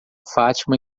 fátima